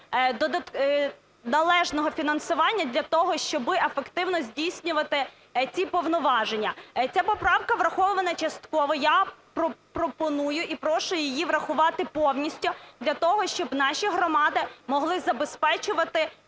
належного фінансування для того, аби ефективно здійснювати ці повноваження. Ця поправка врахована частково. Я пропоную і прошу її врахувати повністю для того, щоб наші громади могли забезпечувати